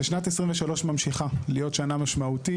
ושנת 2023 ממשיכה להיות שנה משמעותית.